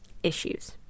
issues